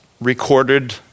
recorded